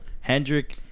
Hendrick